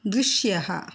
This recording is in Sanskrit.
दृश्यः